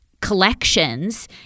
collections